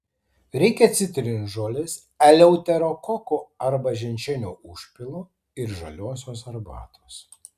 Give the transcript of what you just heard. reikia citrinžolės eleuterokoko arba ženšenio užpilo ir žaliosios arbatos